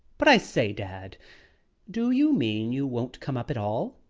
but, i say, dad do you mean you won't come up at all?